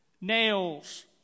nails